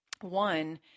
one